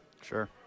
Sure